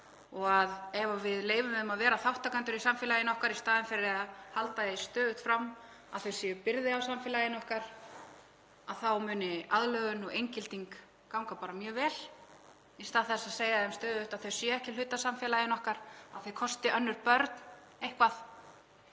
að ef við leyfum því að vera þátttakendur í samfélaginu okkar í staðinn fyrir að halda því stöðugt fram að það sé byrði á því, þá muni aðlögun og inngilding ganga mjög vel. Í stað þess að segja þeim stöðugt að þau séu ekki hluti af samfélaginu okkar, að þau kosti önnur börn eitthvað,